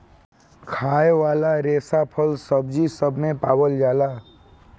खाए वाला रेसा फल, सब्जी सब मे पावल जाला